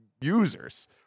users